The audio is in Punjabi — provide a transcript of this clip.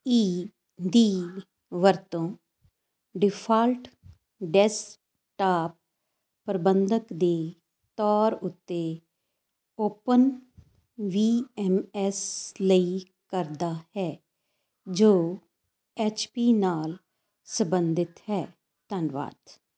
ਈ ਦੀ ਵਰਤੋਂ ਡਿਫਾਲਟ ਡੈਸਟਾਪ ਪ੍ਰਬੰਧਕ ਦੇ ਤੌਰ ਉੱਤੇ ਓਪਨ ਵੀ ਐੱਮ ਐੱਸ ਲਈ ਕਰਦਾ ਹੈ ਜੋ ਐਚ ਪੀ ਨਾਲ ਸਬੰਧਿਤ ਹੈ ਧੰਨਵਾਦ